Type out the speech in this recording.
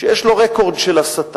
שיש לו רקורד של הסתה